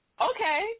Okay